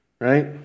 right